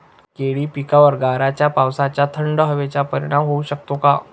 केळी पिकावर गाराच्या पावसाचा, थंड हवेचा परिणाम होऊ शकतो का?